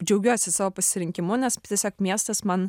džiaugiuosi savo pasirinkimu nes tiesiog miestas man